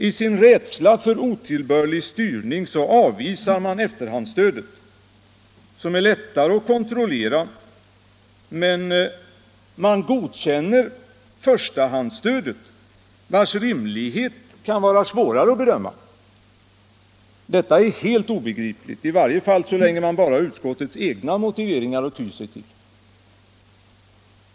I sin rädsla för ”otillbörlig styrning” avvisar man efterhandsstödet, som är lättare att kontrollera, men godkänner förstahandsstödet, vars rimlighet kan vara svårare att bedöma! Detta är helt obegripligt, i varje fall så länge man bara har utskottets egna motiveringar att ty sig till.